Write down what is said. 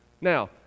Now